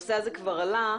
והנושא הזה כבר עלה,